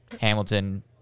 Hamilton